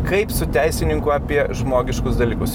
kaip su teisininku apie žmogiškus dalykus